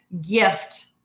gift